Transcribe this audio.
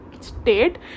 state